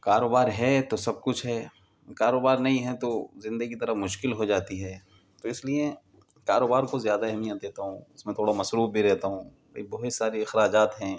کاروبار ہے تو سب کچھ ہے کاروبار نہیں ہے تو زندگی طرح مشکل ہو جاتی ہے تو اس لیے کاروبار کو زیادہ اہمیت دیتا ہوں اس میں تھوڑا مصروف بھی رہتا ہوں بھائی بہت سارے اخراجات ہیں